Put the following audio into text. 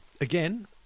again